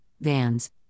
vans